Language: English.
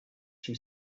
she